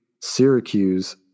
Syracuse